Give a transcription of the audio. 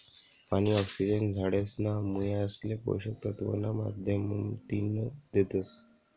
पानी, ऑक्सिजन झाडेसना मुयासले पोषक तत्व ना माध्यमतीन देतस